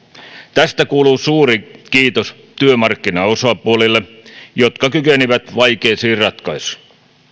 tästä kuuluu suuri kiitos työmarkkinaosapuolille jotka kykenivät vaikeisiin ratkaisuihin